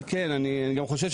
לא לכולם יש